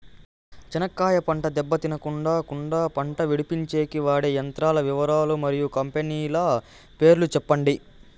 చెనక్కాయ పంట దెబ్బ తినకుండా కుండా పంట విడిపించేకి వాడే యంత్రాల వివరాలు మరియు కంపెనీల పేర్లు చెప్పండి?